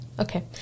Okay